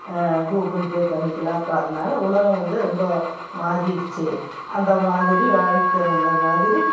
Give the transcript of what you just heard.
Google Pay பண்ணிக்கலாம் அப்புறம் அதனால உலகம் வந்து ரொம்ப மாறிடுச்சி அந்த மாதிரி வேலைக்கு தகுந்த மாதிரி